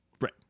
Right